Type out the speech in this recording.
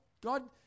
God